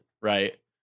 right